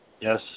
yes